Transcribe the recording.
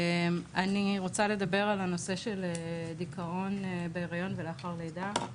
אני רוצה לדבר על הנושא של דיכאון בהיריון ולאחר לידה,